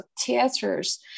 theaters